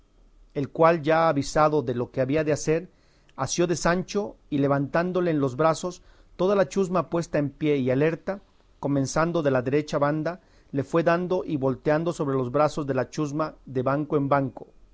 el cual ya avisado de lo que había de hacer asió de sancho y levantándole en los brazos toda la chusma puesta en pie y alerta comenzando de la derecha banda le fue dando y volteando sobre los brazos de la chusma de banco en banco